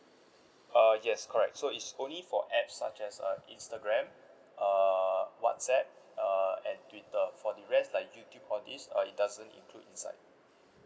uh yes correct so it's only for apps such as uh instagram uh whatsapp uh and twitter for the rest like youtube all this uh it doesn't include inside